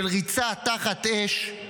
של ריצה תחת אש,